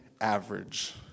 average